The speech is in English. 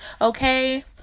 okay